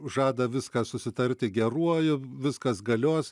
žada viską susitarti geruoju viskas galios